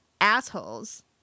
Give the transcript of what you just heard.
assholes